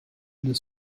the